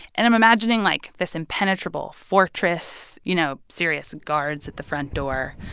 and i'm imagining, like, this impenetrable fortress, you know, serious guards at the front door.